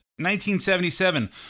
1977